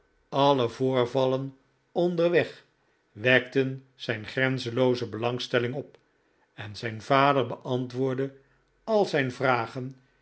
alle voorvallen onderweg wekten zijn grenzenlooze belangstelling op en zijn vader beantwoordde al zijn vragen